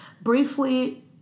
briefly